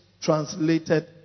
translated